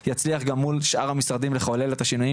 יצליח גם מול שאר המשרדים לחולל את השינויים